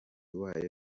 wayo